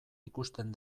ikusten